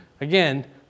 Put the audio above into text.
Again